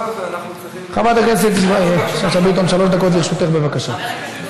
חברת הכנסת שאשא ביטון, שלוש דקות לרשותך, בבקשה.